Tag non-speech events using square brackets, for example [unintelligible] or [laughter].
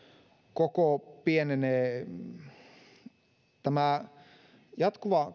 koko pienenee jatkuva [unintelligible]